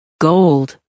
Gold